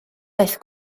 daeth